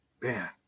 Man